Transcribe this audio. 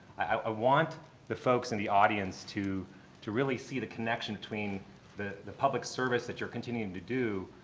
i want the folks in the audience to to really see the connection between the the public service that you're continuing to do